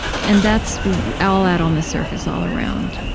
and that's all out on the surface all around.